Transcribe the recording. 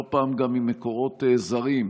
לא פעם גם ממקורות זרים,